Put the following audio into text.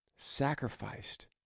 sacrificed